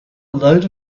load